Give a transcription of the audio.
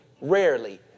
rarely